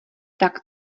tak